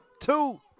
two